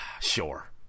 Sure